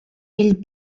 ell